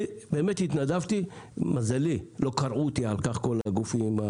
באמת התנדבתי ולמזלי לא קרעו אותי על כך כל הגופים,